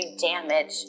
damage